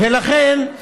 ולכן,